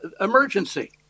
emergency